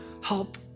Help